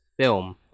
film